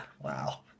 Wow